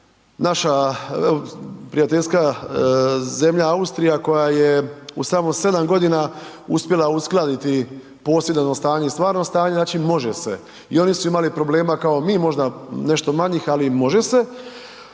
naša prijateljska zemlja Austrija koja je u samo 7.g. uspjela uskladiti posjedovno stanje i stvarno stanje, znači može se i oni su imali problema kao mi, možda nešto manjih, ali može se.